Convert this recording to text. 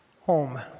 Home